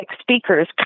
speakers